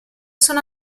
sono